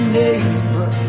neighbor